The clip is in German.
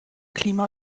klima